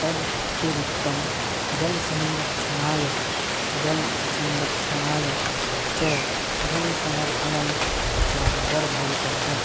तद् अतिरिक्तं जलसंरक्षणाय जलसंरक्षणाय च जनसमर्थनं वर्धयितव्यम्